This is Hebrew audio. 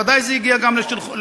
ודאי זה הגיע גם לשולחנך,